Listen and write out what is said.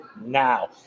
now